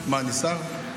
מה, אני שר?